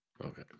Okay